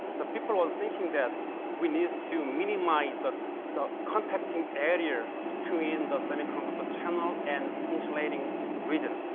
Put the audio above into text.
the people were thinking that we need to minimize the the contacting area between the semiconductor channel and insulating region.